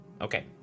Okay